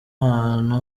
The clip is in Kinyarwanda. ahantu